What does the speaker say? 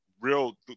real